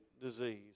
disease